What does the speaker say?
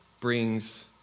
brings